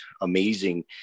amazing